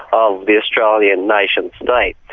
of the australian nation state.